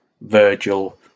Virgil